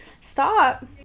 Stop